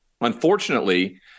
Unfortunately